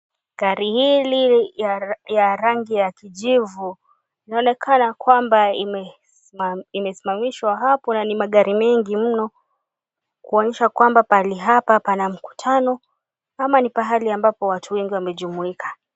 Gari hili la rangi ya kijivu linaonekana limesimamishwa hapo na ni magari mengi mno kuonyesha kwamba mahli hapa pana mkutano ama ni mahali ambapo watu wengi wamejumuika.